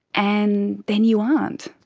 and then you aren't.